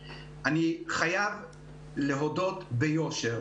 אבל אני חייב להודות ביושר,